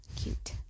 cute